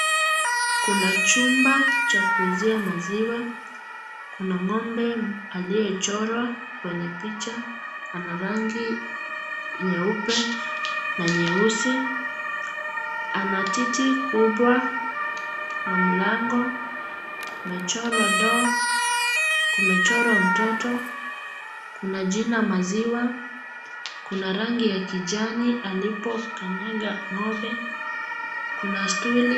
Kuna chumba cha kuuzia maziwa, kuna ngombe aliyechorwa kwenye picha, ana rangi nyeupe na nyeusi, ana titi kubwa, kuna mlango, kumechorwa door, kumechorwa mtoto, kuna jina maziwa, kuna rangi ya kijani alipokanyanga ngombe, kuna stooli .